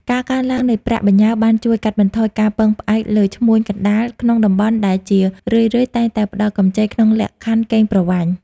ការកើនឡើងនៃប្រាក់បញ្ញើបានជួយកាត់បន្ថយការពឹងផ្អែកលើ "ឈ្មួញកណ្ដាល" ក្នុងតំបន់ដែលជារឿយៗតែងតែផ្ដល់កម្ចីក្នុងលក្ខខណ្ឌកេងប្រវ័ញ្ច។